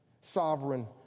sovereign